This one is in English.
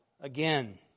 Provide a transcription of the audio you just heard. again